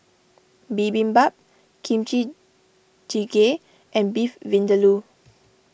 Bibimbap Kimchi Jjigae and Beef Vindaloo